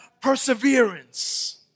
perseverance